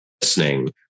Listening